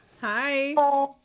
Hi